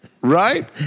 Right